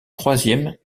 troisième